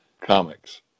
comics